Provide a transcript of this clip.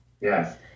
Yes